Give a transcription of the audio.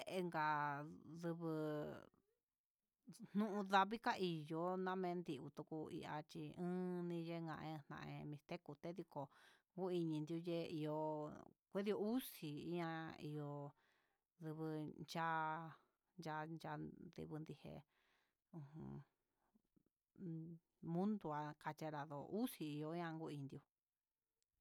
Enka ndubu, nuu ndavii ka ihó namen diutukuu, iha chí uuni yejaña kaña mixteco tendiko yuini ñuu ye'e ihó kudii uxí ihá ihó ndugu cha'a yandi ndudijé, ujun un mundu'a chenrado uxí yo'o ianko indió.